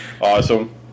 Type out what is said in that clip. Awesome